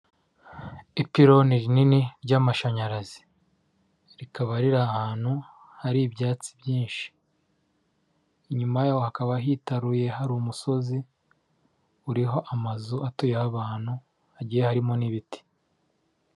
Ipiloni rinini ry'amashanyarazi rikaba riri ahantu hari ibyatsi byinshi, inyuma yaho hakaba hitaruye hari umusozi uriho amazu atuyeho abantu hagiye harimo n'ibiti.